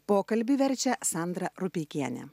pokalbį verčia sandra rupeikienė